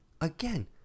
again